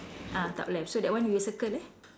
ah top left so that one we will circle eh